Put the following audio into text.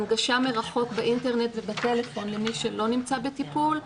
הנגשה מרחוק באינטרנט ובטלפון למי שלא נמצא בטיפול,